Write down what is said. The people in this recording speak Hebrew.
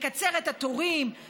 לקצר את התורים,